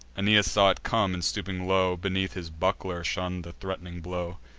aeneas saw it come, and, stooping low beneath his buckler, shunn'd the threat'ning blow.